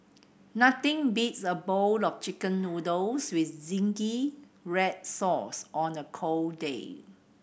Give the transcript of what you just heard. nothing beats a bowl of Chicken Noodles with zingy red sauce on a cold day